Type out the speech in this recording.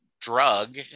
drug